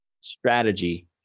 strategy